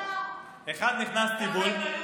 ואיך זה קשור להסכם הגז?